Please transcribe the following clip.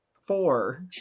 four